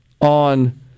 on